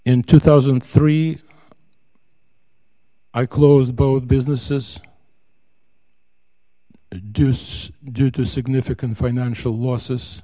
in two thousand and three i closed both businesses deuce due to significant financial losses